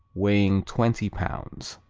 weighing twenty pounds.